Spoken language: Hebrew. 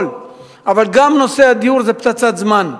אבל גם נושא הדיור הוא פצצת זמן.